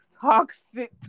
toxic